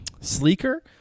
sleeker